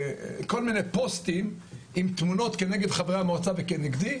כל מיני פוסטים עם תמונות כנגד חברי המועצה וכנגדי,